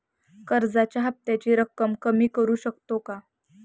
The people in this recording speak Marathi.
कर्जाच्या हफ्त्याची रक्कम कमी करू शकतो का?